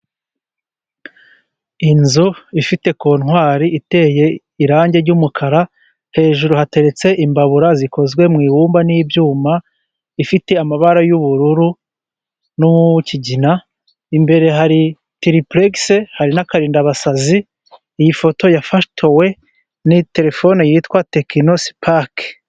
Inzu ifite kontwari iteye irange ry'umukara hejuru hateretse imbabura zikozwe mu ibumba n'ibyuma ifite amabara y'ubururu n'ikigina, imbere hari terepuregise hari n'akarindabasazi. Iyi foto yafotowe na telefone yitwa Tekino sipake.